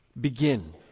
begin